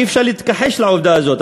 אי-אפשר להתכחש לעובדה הזאת,